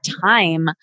time